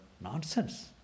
Nonsense